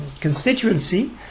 constituency